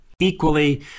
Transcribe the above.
Equally